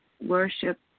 worship